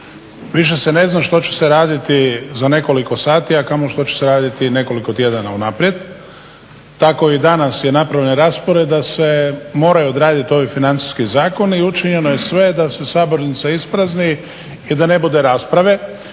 Više se ne zna što će se raditi za nekoliko sati, a kamoli što će se raditi nekoliko tjedana unaprijed. Tako i danas je napravljen raspored da se moraju odraditi ovi financijski zakoni i učinjeno je sve da se sabornica isprazni i da ne bude rasprave.